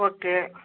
okay